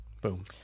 Boom